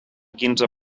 quinze